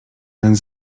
ten